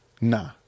Nah